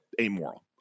amoral